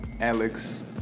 Alex